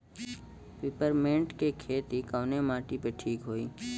Peppermint के खेती कवने माटी पे ठीक होई?